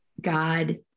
God